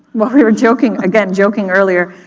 well, we were joking again, joking earlier.